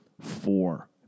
four